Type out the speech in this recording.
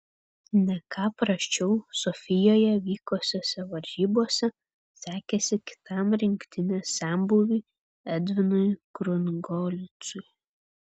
ne ką prasčiau sofijoje vykusiose varžybose sekėsi kitam rinktinės senbuviui edvinui krungolcui